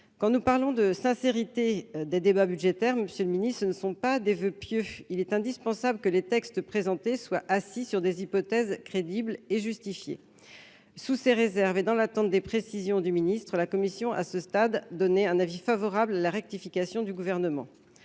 Quand nous parlons de sincérité des débats budgétaires, monsieur le ministre, ce ne sont pas des voeux pieux : il est indispensable que les textes présentés soient assis sur des hypothèses crédibles et justifiées. Sous ces réserves, et dans l'attente des précisions du ministre, la commission a, à ce stade, émis un avis favorable sur l'amendement de rectification du Gouvernement.